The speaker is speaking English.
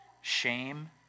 shame